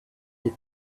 the